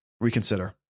reconsider